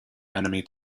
enemy